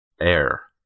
Air